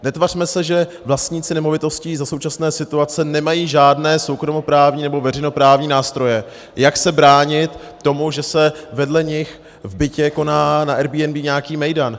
Netvařme se, že vlastníci nemovitostí za současné situace nemají žádné soukromoprávní nebo veřejnoprávní nástroje, jak se bránit tomu, že se vedle nich v bytě koná na Airbnb nějaký mejdan.